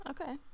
Okay